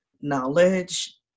knowledge